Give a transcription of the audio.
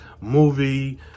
movie